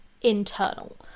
internal